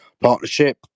partnership